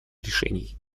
решений